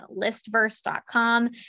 listverse.com